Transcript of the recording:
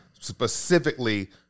specifically